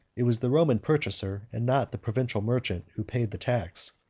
it was the roman purchaser, and not the provincial merchant, who paid the tax.